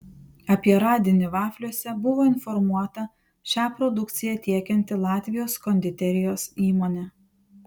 apie radinį vafliuose buvo informuota šią produkciją tiekianti latvijos konditerijos įmonė